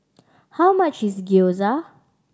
how much is Gyoza